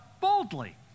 boldly